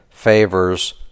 favors